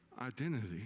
identity